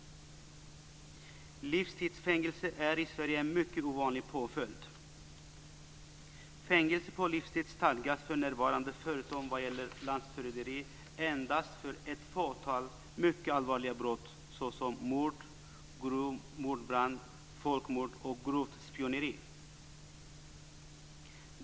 Livstids fängelse är i Sverige en mycket ovanlig påföljd. Fängelse på livstid stadgas för närvarande endast, förutom vad gäller landsförräderi, för ett fåtal mycket allvarliga brott såsom mord, grov mordbrand, folkmord och grovt spioneri.